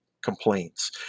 complaints